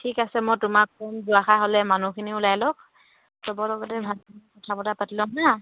ঠিক আছে মই তোমাক ফোন যোৱাষাৰ হ'লে মানুহখিনিও ওলাই লওক সবৰ লগতে ভালকৈ কথা বতৰা পাতি ল'ম হা